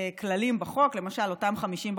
כללים בחוק, למשל, אותם 50 בקבוקים.